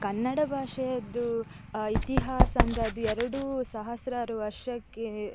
ಕನ್ನಡ ಭಾಷೆಯದ್ದು ಇತಿಹಾಸ ಅಂದರೆ ಅದು ಎರಡು ಸಹಸ್ರಾರು ವರ್ಷಕ್ಕೆ